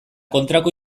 kontrako